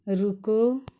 रुको